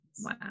Wow